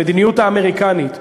המדיניות האמריקנית,